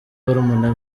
barumuna